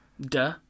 Duh